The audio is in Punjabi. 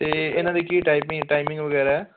ਤੇ ਇਹਨਾਂ ਦੀ ਕੀ ਟਾਈਪਿੰਗ ਟਾਈਮਿੰਗ ਵਗੈਰਾ